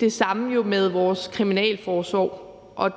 Det samme gælder jo vores kriminalforsorg,